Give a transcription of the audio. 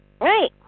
Right